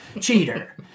Cheater